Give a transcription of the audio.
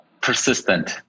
Persistent